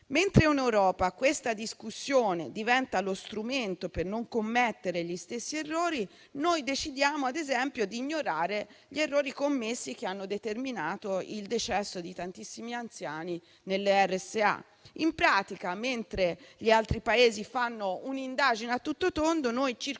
Mentre in Europa questa discussione diventa lo strumento per non commettere gli stessi errori, noi decidiamo ad esempio di ignorare gli errori commessi, che hanno determinato il decesso di tantissimi anziani nelle RSA. In pratica, mentre gli altri Paesi fanno un'indagine a tutto tondo, noi circoscriviamo